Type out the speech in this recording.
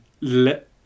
let